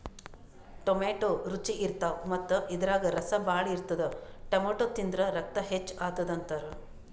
tomato ರುಚಿ ಇರ್ತವ್ ಮತ್ತ್ ಇದ್ರಾಗ್ ರಸ ಭಾಳ್ ಇರ್ತದ್ ಟೊಮ್ಯಾಟೋ ತಿಂದ್ರ್ ರಕ್ತ ಹೆಚ್ಚ್ ಆತದ್ ಅಂತಾರ್